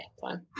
fine